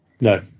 no